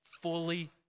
fully